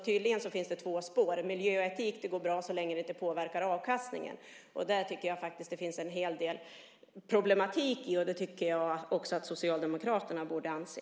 Tydligen finns det två spår: Miljö och etik går bra så länge det inte påverkar avkastningen. Där tycker jag att det finns en hel del problematik som även Socialdemokraterna borde inse.